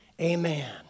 Amen